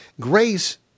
grace